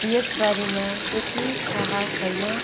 यसबारेमा त्यति थाहा छैन